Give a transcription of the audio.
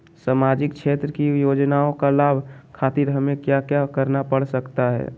सामाजिक क्षेत्र की योजनाओं का लाभ खातिर हमें क्या क्या करना पड़ सकता है?